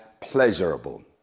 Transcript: pleasurable